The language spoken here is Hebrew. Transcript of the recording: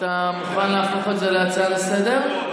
אתה מוכן להפוך את זה להצעה לסדר-היום?